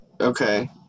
okay